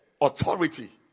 authority